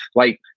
like,